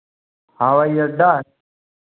और यदा